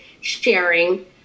sharing